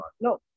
no